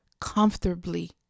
comfortably